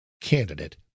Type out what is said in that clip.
candidate